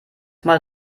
mal